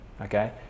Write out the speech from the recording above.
okay